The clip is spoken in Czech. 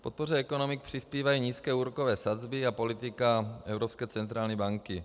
K podpoře ekonomik přispívají nízké úrokové sazby a politika Evropské centrální banky.